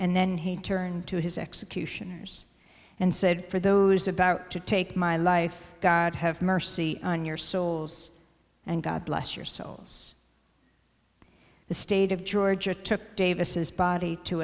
and then he turned to his execution and said for those about to take my life god have mercy on your souls and god bless your souls the state of georgia took davis body to